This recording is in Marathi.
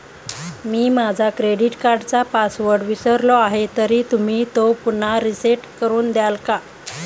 मी माझा क्रेडिट कार्डचा पासवर्ड विसरलो आहे तर तुम्ही तो पुन्हा रीसेट करून द्याल का?